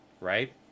right